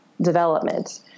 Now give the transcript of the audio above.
development